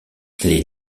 les